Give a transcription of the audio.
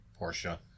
porsche